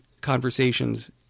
conversations